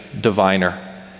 diviner